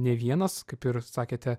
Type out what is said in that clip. ne vienas kaip ir sakėte